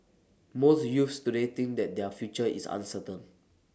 most youths today think that their future is uncertain